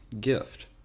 gift